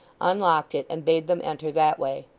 unlocked it, and bade them enter that way.